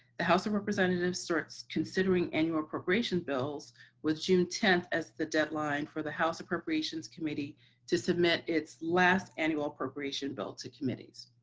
the house of representatives starts considering annual appropriation bills with june ten as the deadline for the house appropriations committee to submit its last annual appropriation bill to committees.